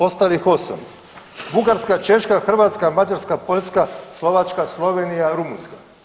Ostalih 8, Bugarska, Češka, Hrvatska, Mađarska, Poljska, Slovačka, Slovenija, Rumunjska.